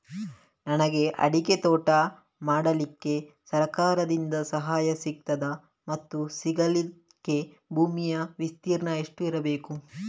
ನನಗೆ ಅಡಿಕೆ ತೋಟ ಮಾಡಲಿಕ್ಕೆ ಸರಕಾರದಿಂದ ಸಹಾಯ ಸಿಗುತ್ತದಾ ಮತ್ತು ಸಿಗಲಿಕ್ಕೆ ಭೂಮಿಯ ವಿಸ್ತೀರ್ಣ ಎಷ್ಟು ಇರಬೇಕು?